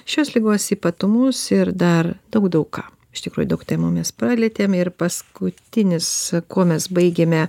šios ligos ypatumus ir dar daug daug ką iš tikrųjų daug temų mes palietėm ir paskutinis kuo mes baigėme